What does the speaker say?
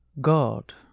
god